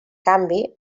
canvi